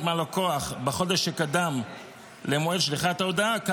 מהלקוח בחודש שקדם למועד שליחת ההודעה.